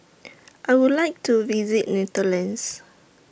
I Would like to visit Netherlands